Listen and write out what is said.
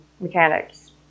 mechanics